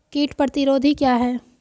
कीट प्रतिरोधी क्या है?